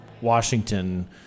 Washington